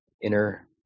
inner